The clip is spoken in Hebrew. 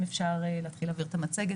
(הצגת מצגת)